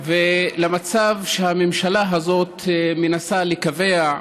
ולמצב שהממשלה הזאת מנסה לקבע,